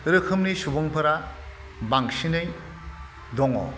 रोखोमनि सुबुंफोरा बांसिनै दङ